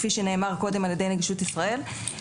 כפי שנאמר קודם ע"י נגישות ישראל,